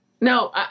No